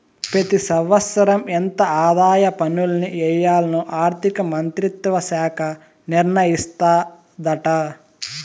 పెతి సంవత్సరం ఎంత ఆదాయ పన్నుల్ని ఎయ్యాల్లో ఆర్థిక మంత్రిత్వ శాఖ నిర్ణయిస్తాదాట